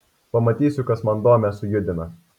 pamatysiu kas man domę sujudina